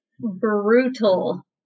brutal